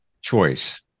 choice